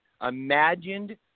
imagined